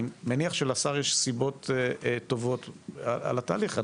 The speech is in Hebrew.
אני מניח שלשר יש סיבות טובות על התהליך.